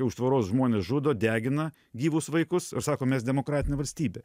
už tvoros žmones žudo degina gyvus vaikus ir sako mes demokratinė valstybė